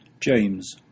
James